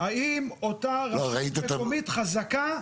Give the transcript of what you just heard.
האם אותה רשות מקומית חזקה,